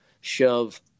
shove